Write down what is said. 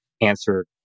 answer